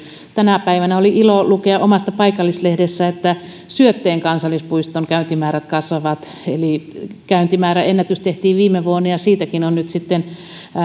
tänä päivänä oli ilo lukea omasta paikallislehdestä että syötteen kansallispuiston käyntimäärät kasvavat eli käyntimääräennätys tehtiin viime vuonna ja siitäkin on nyt